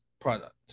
product